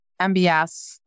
MBS